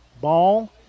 ball